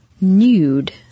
nude